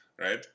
right